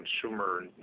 consumer